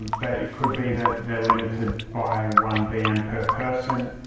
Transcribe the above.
but it could be that they're limited by one bm per person.